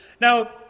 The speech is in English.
Now